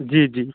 जी जी